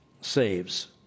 saves